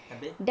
habis